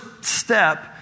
step